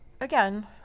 again